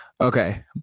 Okay